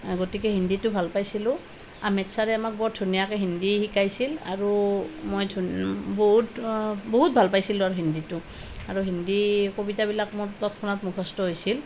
গতিকে হিন্দিটো ভাল পাইছিলোঁ অমিত ছাৰে আমাক বৰ ধুনীয়াকৈ হিন্দী শিকাইছিল আৰু মই বহুত বহুত ভাল পাইছিলোঁ হিন্দীটো আৰু হিন্দী কবিতাবিলাক মই তৎক্ষণাত মুখস্থ হৈছিল